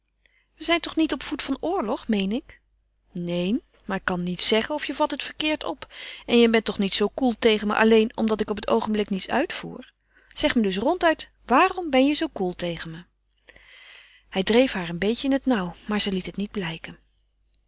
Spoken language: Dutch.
we zijn toch niet op voet van oorlog meen ik neen maar ik kan niets zeggen of je vat het verkeerd op en je bent toch niet zoo koel tegen me alleen omdat ik op het oogenblik niets uitvoer zeg me dus ronduit waarom ben je zoo koel tegen me hij dreef haar een beetje in het nauw maar zij liet het niet blijken